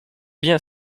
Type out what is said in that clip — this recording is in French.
bien